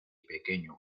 pequeño